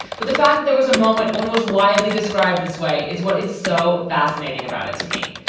but the fact that there was a moment when it was widely described this way is what is so fascinating about it. to me,